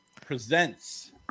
Presents